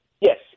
Yes